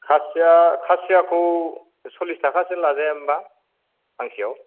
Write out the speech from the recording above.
खासिया खासियाखौ सललिस थाखासोनि लाजाया होमबा फांसेआव